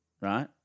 right